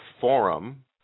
forum